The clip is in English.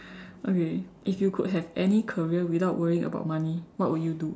okay if you could have any career without worrying about money what would you do